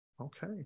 okay